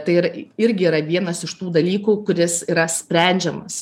tai yra irgi yra vienas iš tų dalykų kuris yra sprendžiamas